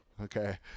okay